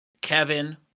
Kevin